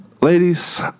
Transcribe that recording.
Ladies